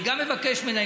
ואני גם מבקש ממנה,